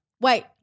Wait